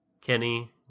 Kenny